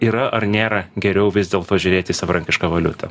yra ar nėra geriau vis dėlto žiūrėti į savarankišką valiutą